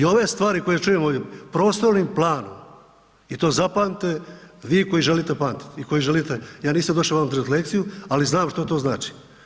I ove stvari koje čujem ovdje, prostornim planom i to zapamtite vi koji želite pamtiti i koji želite, ja nisam došao vama držati lekciju, ali znam što to znači.